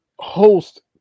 host